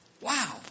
Wow